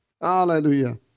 Hallelujah